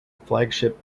flagship